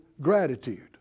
gratitude